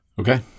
okay